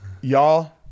y'all